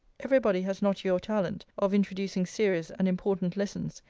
every body has not your talent of introducing serious and important lessons,